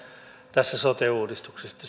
tässä sote uudistuksessa